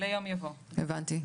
הבנתי.